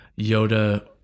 Yoda